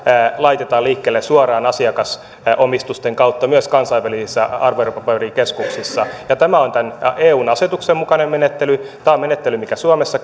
laitetaan liikkeelle suoraan asiakasomistusten kautta myös kansainvälisissä arvopaperikeskuksissa ja tämä on tämän eu asetuksen mukainen menettely tämä on menettely mitä suomessa